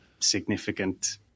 significant